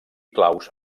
claus